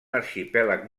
arxipèlag